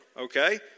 okay